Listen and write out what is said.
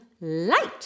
light